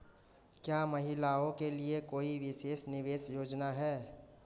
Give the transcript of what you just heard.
क्या महिलाओं के लिए कोई विशेष निवेश योजना है?